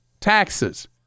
taxes